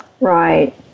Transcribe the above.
Right